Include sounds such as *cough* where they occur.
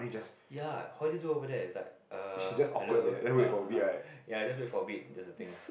ya how do you do over there is like uh hello *laughs* ya I just wait for a bit that's the thing